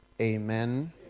Amen